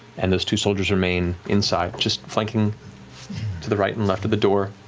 and those two soldiers remain inside, just flanking to the right and left of the door.